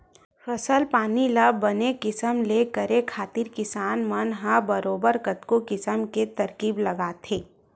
फसल पानी ल बने किसम ले करे खातिर किसान मन ह बरोबर कतको किसम के तरकीब निकालथे